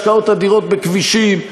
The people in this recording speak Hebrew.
השקעות אדירות בכבישים,